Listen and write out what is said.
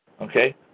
okay